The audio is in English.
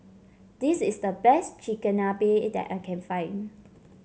this is the best Chigenabe that I can find